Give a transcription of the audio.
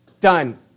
Done